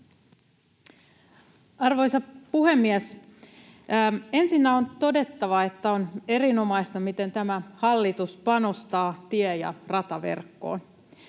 Arvoisa puhemies! Ensinnä on todettava, että on erinomaista, miten tämä hallitus panostaa tie- ja rataverkkoon.